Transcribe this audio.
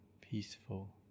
peaceful